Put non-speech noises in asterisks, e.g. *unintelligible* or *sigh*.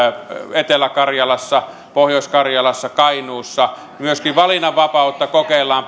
etelä karjalassa pohjois karjalassa kainuussa ja myöskin valinnanvapautta kokeillaan *unintelligible*